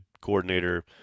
coordinator